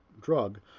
drug